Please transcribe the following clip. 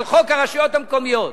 על חוק הרשויות המקומיות,